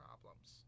problems